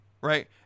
right